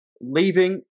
leaving